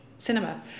cinema